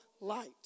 light